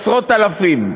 עשרות אלפים,